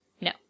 No